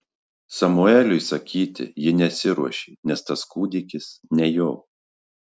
samueliui sakyti ji nesiruošė nes tas kūdikis ne jo